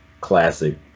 classic